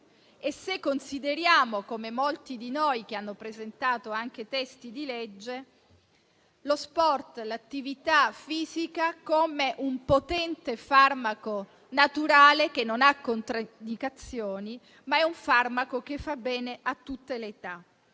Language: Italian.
e se consideriamo, come molti di noi che hanno presentato anche testi di legge, lo sport, l'attività fisica come un potente farmaco naturale che non ha controindicazioni, un farmaco che fa bene a tutte le età